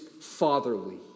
fatherly